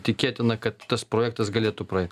tikėtina kad tas projektas galėtų praeit